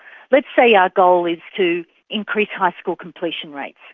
let's say our goal is to increase high school completion rates.